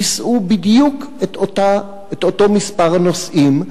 יישאו בדיוק את אותו מספר נוסעים,